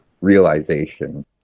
realization